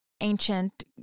ancient